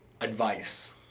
advice